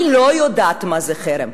אני לא יודעת מה זה חרם.